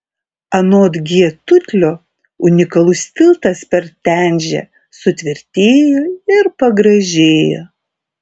anot g tutlio unikalus tiltas per tenžę sutvirtėjo ir pagražėjo